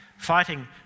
fighting